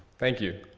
thank you,